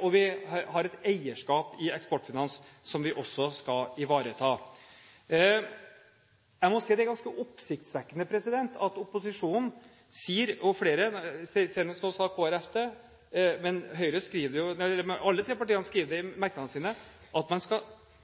og vi har et eierskap i Eksportfinans som vi også skal ivareta. Jeg må si det er ganske oppsiktsvekkende at opposisjonen i sine merknader skriver – senest nå sa Kristelig Folkeparti det, men alle tre partiene skriver det – at det nå er viktig at «regjeringen i